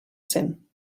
cent